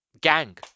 gang